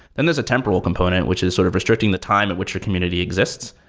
and there's a temporal component, which is sort of restricting the time at which your community exists.